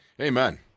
Amen